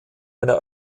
einer